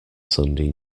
sunday